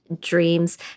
dreams